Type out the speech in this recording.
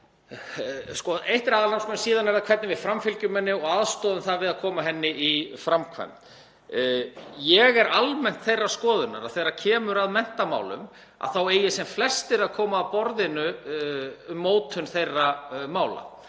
Eitt er aðalnámskráin, síðan er það hvernig við framfylgjum henni og aðstoðum við að koma henni í framkvæmd. Ég er almennt þeirrar skoðunar að þegar kemur að menntamálum þá eigi sem flestir að koma að borðinu um mótun þeirra mála,